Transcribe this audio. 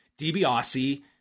DiBiase